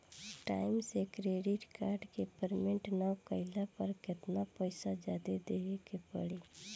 Time से credit card के payment ना कैला पर केतना पईसा जादे देवे के पड़ी?